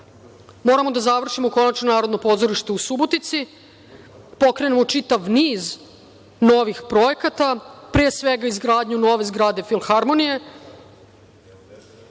da završimo konačno Narodno pozorište u Subotici, pokrenemo čitav niz novih projekata, pre svega izgradnju nove zgrade Filharmonije. Ja